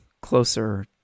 closer